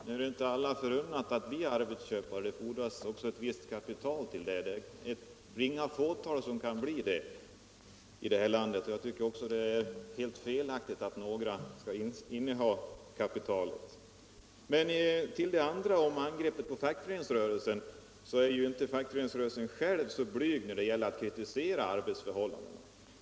Fru talman! Nu är det ju inte alla förunnat att bli arbetsköpare — det fordras också ett visst kapital för det. Det är ett litet fåtal som kan bli arbetsköpare i det här landet, och jag tycker också att det är helt felaktigt att några skall inneha kapitalet. När det gäller angreppet på fackföreningsrörelsen, som herr Åkerlind talar om, så är ju inte fackföreningsrörelsen själv särskilt blyg när det gäller att kritisera arbetsförhållandena.